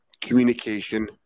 communication